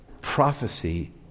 prophecy